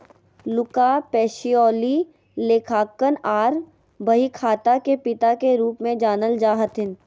Luca Pacioli लेखांकन आर बहीखाता के पिता के रूप मे जानल जा हथिन